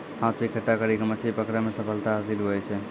हाथ से इकट्ठा करी के मछली पकड़ै मे सफलता हासिल हुवै छै